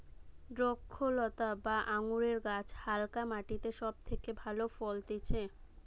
দ্রক্ষলতা বা আঙুরের গাছ হালকা মাটিতে সব থেকে ভালো ফলতিছে